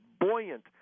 buoyant